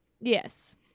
Yes